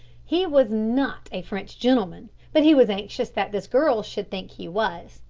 he was not a french gentleman, but he was anxious that this girl should think he was,